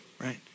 right